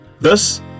Thus